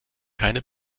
keine